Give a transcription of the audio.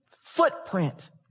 footprint